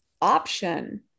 option